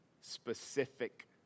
specific